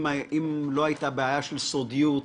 אם לא הייתה בעיה של סודיות,